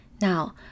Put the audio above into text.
Now